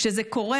כשזה קורה,